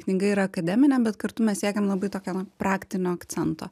knyga yra akademinė bet kartu mes siekiam labai tokio praktinio akcento